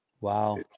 Wow